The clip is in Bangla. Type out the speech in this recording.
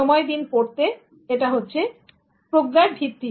সময় দিন পড়তে এটা হচ্ছে প্রজ্ঞার ভিত্তি